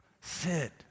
sit